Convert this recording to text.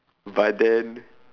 but then